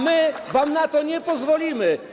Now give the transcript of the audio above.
My wam na to nie pozwolimy.